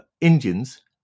Indians